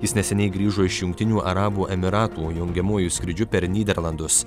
jis neseniai grįžo iš jungtinių arabų emyratų jungiamuoju skrydžiu per nyderlandus